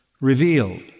revealed